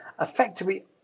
effectively